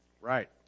Right